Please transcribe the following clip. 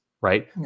right